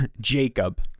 Jacob